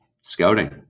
scouting